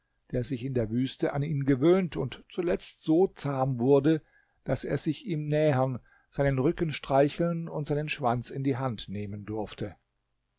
der sich in der wüste an ihn gewöhnt und zuletzt so zahm wurde daß er sich ihm nähern seinen rücken streicheln und seinen schwanz in die hand nehmen durfte